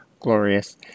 glorious